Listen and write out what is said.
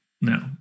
No